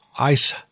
ice